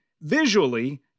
visually